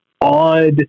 odd